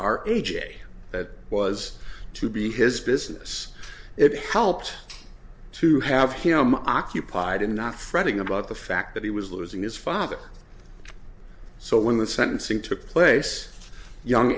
j that was to be his business it helped to have him occupied and not fretting about the fact that he was losing his father so when the sentencing took place young